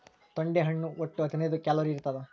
ತೊಂಡೆ ಹಣ್ಣು ಒಟ್ಟು ಹದಿನೈದು ಕ್ಯಾಲೋರಿ ಇರ್ತಾದ